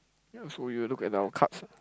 ya also we will look at our cards